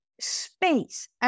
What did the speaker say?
space